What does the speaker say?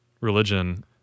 religion